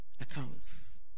accounts